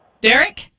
Derek